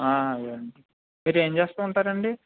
అలాగే అండి మీరు ఏం చేస్తూ ఉంటారు అండి